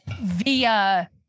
via